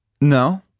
no